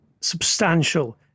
substantial